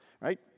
right